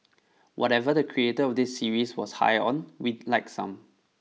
whatever the creator of this series was high on we'd like some